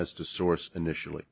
as to source initially